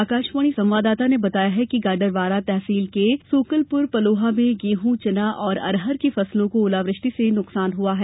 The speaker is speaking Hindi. आकाशवाणी संवाददाता ने बताया है कि गाडरवारा तहसील के सोकलपुर पलोहा में गेहूं चना और अरहर की फसलों को ओलावृष्टि से नुकसान हुआ है